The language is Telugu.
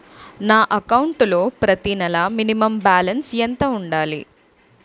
నా అకౌంట్ లో ప్రతి నెల మినిమం బాలన్స్ ఎంత ఉండాలి?